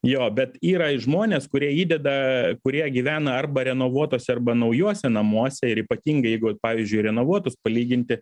jo bet yra žmonės kurie įdeda kurie gyvena arba renovuotuose arba naujuose namuose ir ypatingai jeigu vat pavyzdžiui renovuotus palyginti